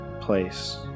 place